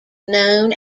known